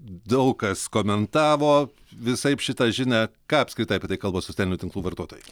daug kas komentavo visaip šitą žinią ką apskritai apie tai kalba socialinių tinklų vartotojai